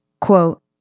Quote